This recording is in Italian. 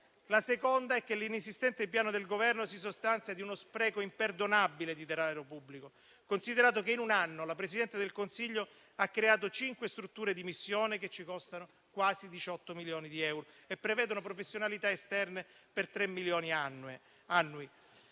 la seconda è che l'inesistente Piano del Governo si sostanzia in uno spreco imperdonabile di denaro pubblico, considerato che in un anno la Presidente del Consiglio ha creato cinque strutture di missione che ci costano quasi 18 milioni di euro e prevedono professionalità esterne per 3 milioni annui.